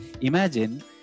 imagine